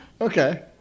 Okay